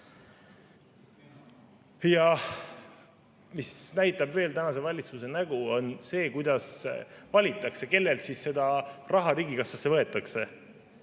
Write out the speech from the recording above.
Mis näitab veel tänase valitsuse nägu, on see, kuidas valitakse, kellelt seda raha riigikassasse võetakse.